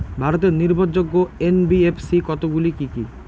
ভারতের নির্ভরযোগ্য এন.বি.এফ.সি কতগুলি কি কি?